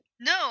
No